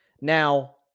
Now